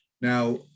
Now